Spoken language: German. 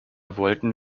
wollten